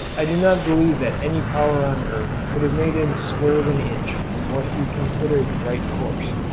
i do not believe that any power on earth could have made him swerve an inch from what he considered the right course.